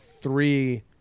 three